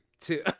two